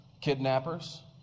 kidnappers